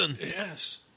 Yes